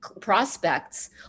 prospects